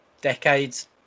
decades